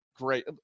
great